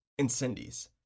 Incendies